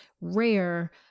rare